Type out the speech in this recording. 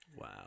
Wow